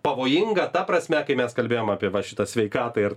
pavojinga ta prasme kai mes kalbėjom apie va šitą sveikatą ir